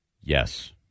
Yes